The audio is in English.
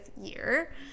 year